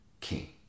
king